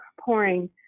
pouring